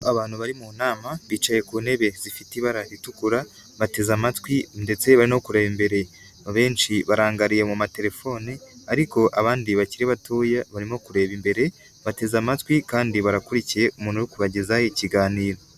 Abantu bari mu nama bicaye ku ntebe zifite ibara ritukura bateze amatwi ndetse bari no kureba imbere, abenshi barangariye mu matelefone ariko abandi bakiri batoya barimo kureba imbere bateze amatwi kandi barakurikiye umuntu urimo kubagezaho ikiganiro.